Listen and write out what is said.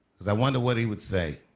because i wonder what he would say.